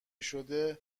شده